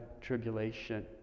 tribulation